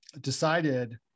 decided